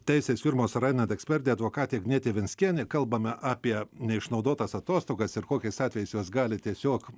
teisės firmos sorainen ekspertė advokatė agnietė venckienė kalbame apie neišnaudotas atostogas ir kokiais atvejais jos gali tiesiog